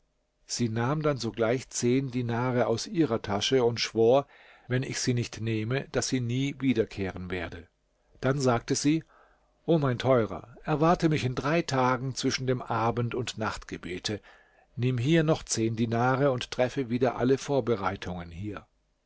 sie nahm dann sogleich zehn dinare aus ihrer tasche und schwor wenn ich sie nicht nehme daß sie nie wiederkehren werde dann sagte sie o mein teurer erwarte mich in drei tagen zwischen dem abend und nachtgebete nimm hier noch zehn dinare und treffe wieder alle vorbereitungen hier